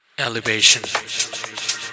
elevation